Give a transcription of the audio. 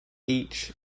each